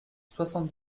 soixante